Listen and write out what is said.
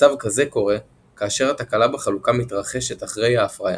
מצב כזה קורה כאשר התקלה בחלוקה מתרחשת אחרי ההפריה,